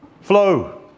flow